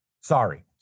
Sorry